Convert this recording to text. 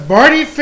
Barty